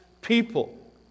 people